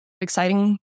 exciting